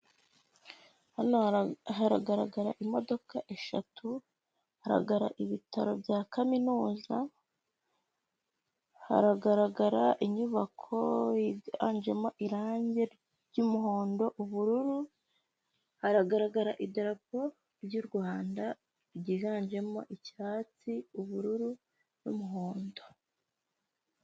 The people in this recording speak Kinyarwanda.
Hano haragaragara imodoka eshatu hagaragaraho ibitaro bya kaminuza haragaragara inyubako yiganjemo irangi ry'umuhondo, ubururu hagaragara idarapo ry'u Rwanda ryiganjemo icyatsi, ubururu n'umuhondo.